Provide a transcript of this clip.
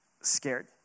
scared